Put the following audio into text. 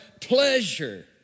pleasure